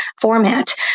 format